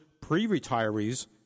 pre-retirees